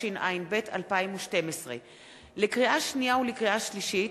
התשע"ב 2012. לקריאה שנייה ולקריאה שלישית: